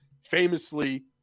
famously